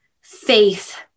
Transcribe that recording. faith